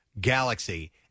galaxy